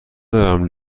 دارم